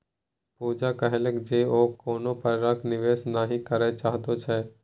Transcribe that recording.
पूजा कहलकै जे ओ कोनो प्रकारक निवेश नहि करय चाहैत छै